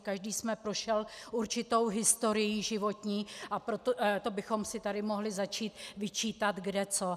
Každý jsme prošel určitou historií životní a to bychom si tady mohli začít vyčítat kde co.